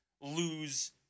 lose